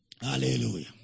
hallelujah